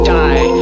die